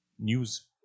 News